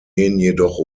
jedoch